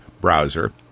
browser